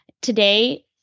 today